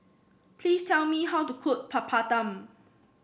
please tell me how to cook Papadum